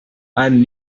and